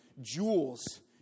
jewels